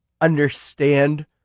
understand